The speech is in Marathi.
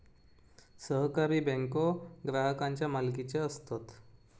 सहकारी बँको ग्राहकांच्या मालकीचे असतत